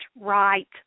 right